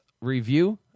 review